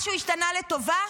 משהו השתנה לטובה?